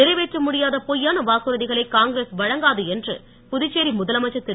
நிறைவேற்ற முடியாத பொய்யான வாக்குறுதிகளை காங்கிரஸ் வழங்காது என்று புதுச்சேரி முதலமைச்சர் திரு